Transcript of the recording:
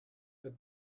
but